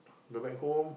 go back home